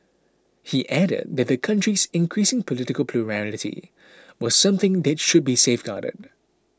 he added that the country's increasing political plurality was something that should be safeguarded